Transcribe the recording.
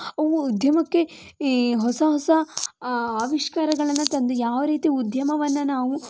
ಅವು ಉದ್ಯಮಕ್ಕೆ ಈ ಹೊಸ ಹೊಸ ಆವಿಷ್ಕಾರವನ್ನ ತಂದು ಯಾವ ರೀತಿ ಉದ್ಯಮವನ್ನ ನಾವು